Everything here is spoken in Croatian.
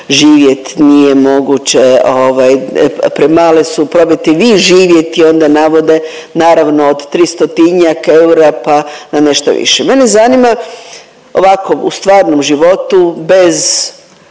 živjet, nije moguće ovaj premale su probajte vi živjeti onda navode naravno od 300 eura pa na nešto više. Mene zanima ovako u stvarnom životu bez